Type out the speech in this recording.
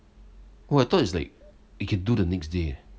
oh I thought is like you could do the next day eh